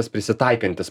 tas prisitaikantis